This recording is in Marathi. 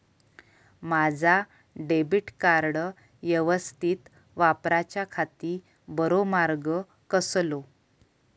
माजा डेबिट कार्ड यवस्तीत वापराच्याखाती बरो मार्ग कसलो?